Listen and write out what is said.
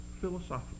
philosophical